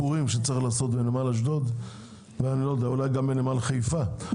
לשיפורים שצריך לעשות בנמל אשדוד ואולי גם בנמל חיפה.